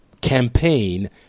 campaign